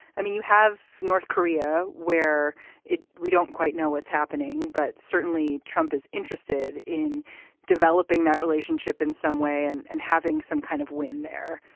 i mean you have north korea where we don't quite know what's happening but certainly trump is interested in developing that relationship in some way and and having some kind of win there.